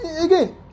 again